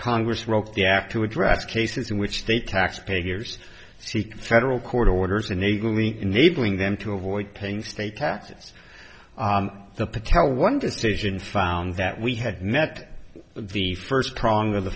congress wrote the act to address cases in which they taxpayers seek federal court orders and enabling them to avoid paying state taxes the patel one decision found that we had met the first prong of the